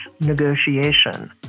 negotiation